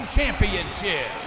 Championship